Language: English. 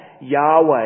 Yahweh